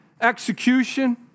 Execution